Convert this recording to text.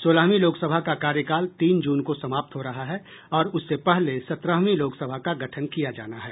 सोलहवीं लोकसभा का कार्यकाल तीन जून को समाप्त हो रहा है और उससे पहले सत्रहवीं लोकसभा का गठन किया जाना है